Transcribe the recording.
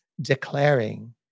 declaring